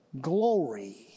glory